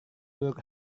buruk